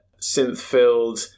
synth-filled